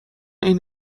عین